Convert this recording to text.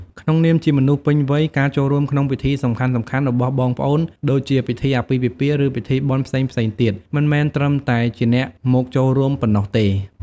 ក្នុងនាមជាមនុស្សពេញវ័យ ការចូលរួមក្នុងពិធីសំខាន់ៗរបស់បងប្អូនដូចជាពិធីអាពាហ៍ពិពាហ៍ ឬពិធីបុណ្យផ្សេងៗទៀត មិនមែនត្រឹមតែជាអ្នកមកចូលរួមប៉ុណ្ណោះទេ។